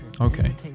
Okay